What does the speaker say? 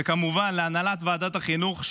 וכמובן להנהלת ועדת החינוך,